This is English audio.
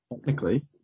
technically